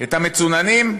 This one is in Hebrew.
את המצוננים?